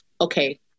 okay